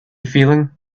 feeling